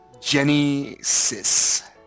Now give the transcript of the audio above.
Jenny-sis